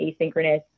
asynchronous